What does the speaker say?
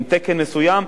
עם תקן מסוים,